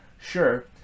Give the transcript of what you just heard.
sure